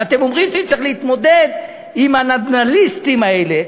ואתם אומרים שצריך להתמודד עם הנדל"ניסטים האלה,